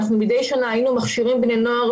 אנחנו מדי שנה היינו מכשירים בני נוער